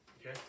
Okay